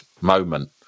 moment